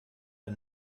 der